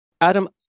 Adam